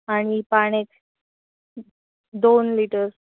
आणि पाण्यात दोन लिटर